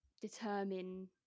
determine